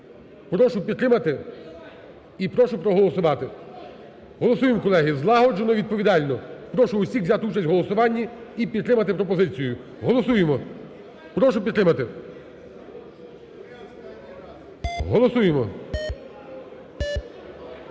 Прошу підтримати і прошу проголосувати. Голосуємо, колеги злагоджено і відповідально. Прошу усіх взяти участь в голосуванні і підтримати пропозицію. Голосуємо. Прошу підтримати. Голосуємо.